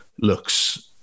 Looks